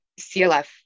CLF